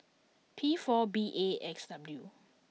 P four B A X W